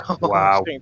wow